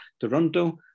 Toronto